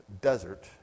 desert